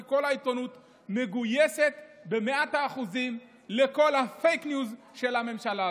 כי כל העיתונות מגויסת במאת האחוזים לכל הפייק ניוז של הממשלה הזאת.